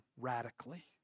radically